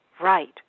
right